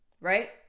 right